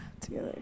Together